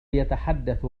يتحدث